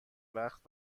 وقت